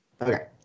Okay